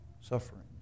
sufferings